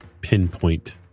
pinpoint